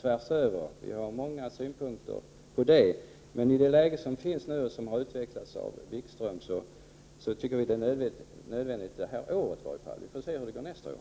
tvärs över — vi har många synpunkter. I det nuvarande läget, som har utvecklats av Wikström, är detta nödvändigt i år — vi får se hur det går nästa år.